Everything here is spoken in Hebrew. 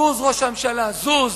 זוז, ראש הממשלה, זוז.